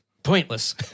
pointless